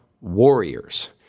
warriors